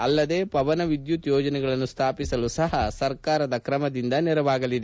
ಅಲ್ಲದೆ ಪವನ ವಿದ್ಯುತ್ ಯೋಜನೆಗಳನ್ನು ಸ್ವಾಪಿಸಲು ಸಹ ಸರ್ಕಾರದ ಕ್ರಮದಿಂದ ನೆರವಾಗಲಿದೆ